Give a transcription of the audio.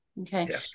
okay